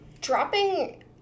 dropping